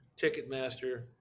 Ticketmaster